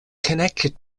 connected